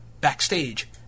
backstage